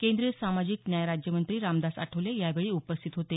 केंद्रीय सामाजिक न्याय राज्यमंत्री रामदास आठवले यावेळी उपस्थित होते